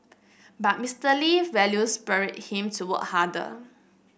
but Mister Lee values spurred him to work harder